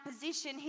position